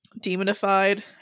demonified